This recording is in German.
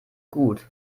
gut